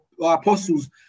apostles